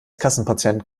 kassenpatient